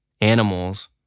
animals